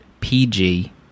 PG